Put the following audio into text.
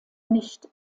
nicht